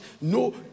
no